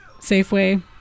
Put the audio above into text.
safeway